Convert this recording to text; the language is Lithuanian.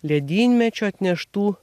ledynmečio atneštų